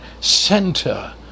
center